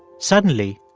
suddenly,